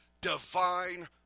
divine